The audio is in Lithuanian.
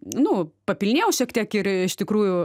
nu papilnėjau šiek tiek ir iš tikrųjų